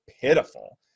pitiful